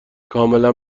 کاملا